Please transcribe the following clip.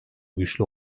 güçlü